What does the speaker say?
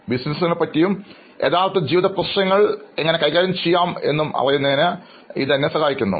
ബിസിനസ്സുകളെക്കുറിച്ചും യഥാർത്ഥ ജീവിത പ്രശ്നങ്ങൾ എങ്ങനെ കൈകാര്യം ചെയ്യാം എന്നും അറിയുന്നതിന് ഇത് എന്നെ സഹായിക്കുന്നു